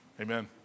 Amen